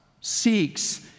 seeks